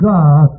God